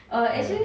ya